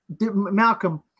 Malcolm